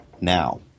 now